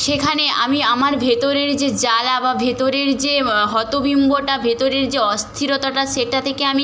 সেখানে আমি আমার ভেতরের যে জ্বালা বা ভেতরের যে হতভম্বটা ভেতরের যে অস্থিরতাটা সেটা থেকে আমি